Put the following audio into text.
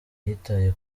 yitaye